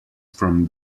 from